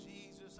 Jesus